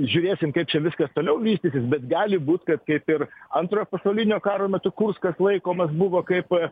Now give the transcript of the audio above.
žiūrėsim kaip čia viskas toliau vystytis bet gali būt kad kaip ir antrojo pasaulinio karo metu kurskas laikomas buvo kaip